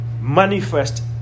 manifest